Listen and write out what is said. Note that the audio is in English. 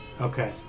Okay